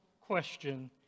question